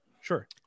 Sure